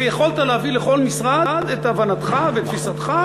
ויכולת להביא לכל משרד את הבנתך ואת תפיסתך,